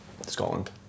Scotland